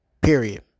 Period